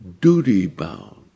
Duty-bound